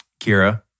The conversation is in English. Kira